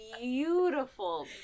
beautiful